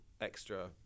extra